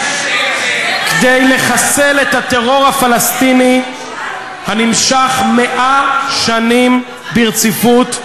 עשינו ונמשיך לעשות כדי לחסל את הטרור הפלסטיני הנמשך 100 שנים ברציפות,